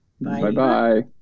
Bye-bye